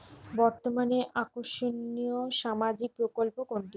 বর্তমানে আকর্ষনিয় সামাজিক প্রকল্প কোনটি?